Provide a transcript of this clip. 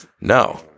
No